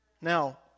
Now